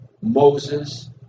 Moses